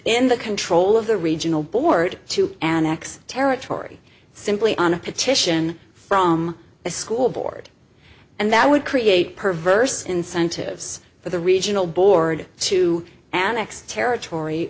within the control of the regional board to annex territory simply on a petition from a school board and that would create perverse incentives for the regional board to annex territory